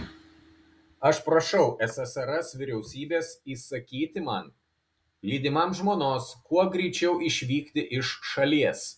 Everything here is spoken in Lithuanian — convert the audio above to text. aš prašau ssrs vyriausybės įsakyti man lydimam žmonos kuo greičiau išvykti iš šalies